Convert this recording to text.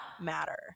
matter